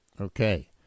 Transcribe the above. Okay